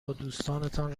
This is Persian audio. بادوستانتان